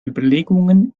überlegungen